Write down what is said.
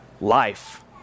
life